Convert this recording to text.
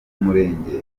murenge